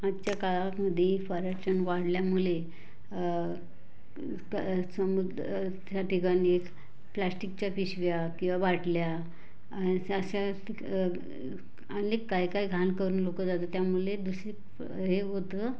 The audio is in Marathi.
आजच्या काळात मध्ये पर्यटन वाढल्यामुळे समुद्र च्या ठिकाणी एक प्लास्टिकच्या पिशव्या किंवा बाटल्या अशा शा अनेक काय काय घाण करून लोक जातात त्यामुळे दूषित हे होतं